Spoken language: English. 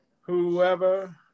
whoever